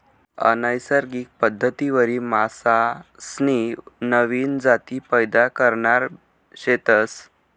अनैसर्गिक पद्धतवरी मासासनी नवीन जाती पैदा करणार शेतस